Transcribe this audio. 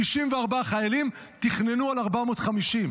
64 חיילים, תכננו 450,